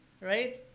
right